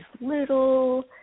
little